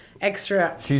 extra